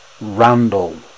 Randall